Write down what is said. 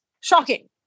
shocking